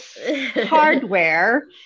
hardware